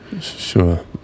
Sure